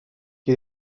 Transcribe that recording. qui